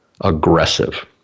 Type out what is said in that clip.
aggressive